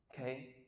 Okay